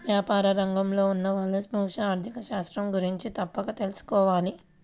వ్యాపార రంగంలో ఉన్నవాళ్ళు సూక్ష్మ ఆర్ధిక శాస్త్రం గురించి తప్పక తెలుసుకోవాలి